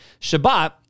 Shabbat